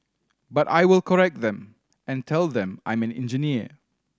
but I will correct them and tell them I'm an engineer